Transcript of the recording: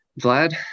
Vlad